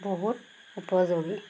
বহুত উপযোগী